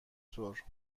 طور